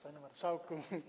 Panie Marszałku!